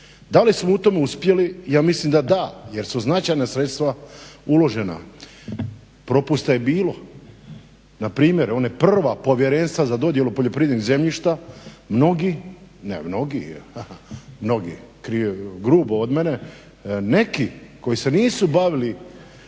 Da li smo u tome uspjeli? Ja mislim da da jer su značajna sredstva uložena. Propusta je bilo. Na primjer ona prva povjerenstva za dodjelu poljoprivrednih zemljišta mnogi, ne mnogi, mnogi je grubo od mene neki koji se nisu bavili